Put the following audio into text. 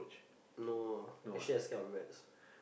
no ah actually I scared of rats